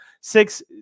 Six